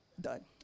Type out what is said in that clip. done